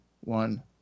one